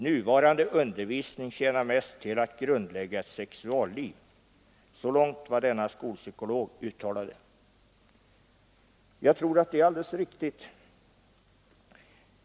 Nuvarande undervisning tjänar mest till att grundlägga ett sexualliv.” Så långt vad denna skolpsykolog uttalade. Jag tror att det är alldeles riktigt.